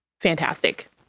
fantastic